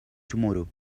tomorrow